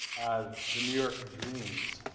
the new york of dreams.